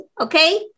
Okay